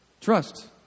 Trust